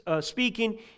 speaking